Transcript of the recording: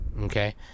okay